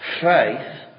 Faith